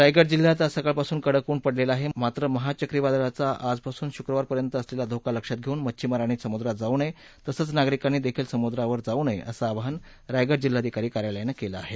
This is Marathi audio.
रायगड जिल्ह्यात आज सकाळपासून कडक उन पडलेलं आहे मात्र महा चक्रीवादळाचा आजपासून शुक्रवारपर्यंत असलेला धोका लक्षात घेऊन मच्छीमारांनी समुद्रात जाऊ नये तसंच नागरिकांनी देखील समुद्रावर जाऊ नये असं आवाहन रायगड जिल्हाधिकारी कार्यालयानं केलं आहे